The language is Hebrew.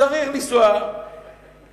צריך לנסוע לעפולה.